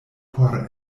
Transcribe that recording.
por